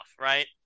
right